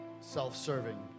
self-serving